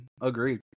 Agreed